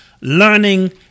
learning